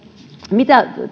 mitä